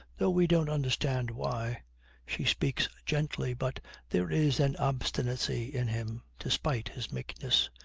though we don't understand why she speaks gently, but there is an obstinacy in him, despite his meekness.